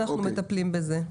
ואנחנו מטפלים בזה.